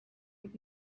with